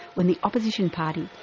when the opposition party,